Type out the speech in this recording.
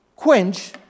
quench